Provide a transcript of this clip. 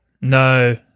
No